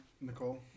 nicole